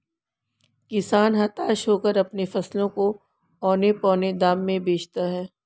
किसान हताश होकर अपने फसलों को औने पोने दाम में बेचता है